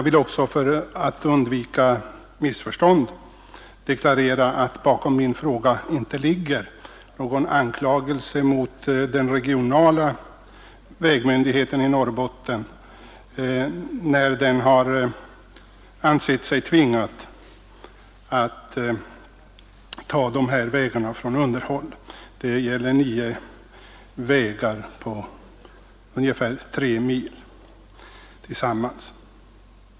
För att undvika missförstånd vill jag deklarera att bakom min fråga inte ligger någon anklagelse mot den regionala vägmyndigheten i Norrbotten, när den har ansett sig tvingad att undanta vägar från underhåll. Det gäller nio vägar på sammanlagt ungefär tre mil.